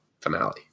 finale